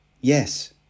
Yes